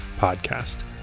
podcast